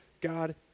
God